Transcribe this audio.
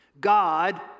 God